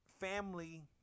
family